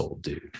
dude